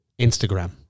Instagram